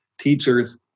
teachers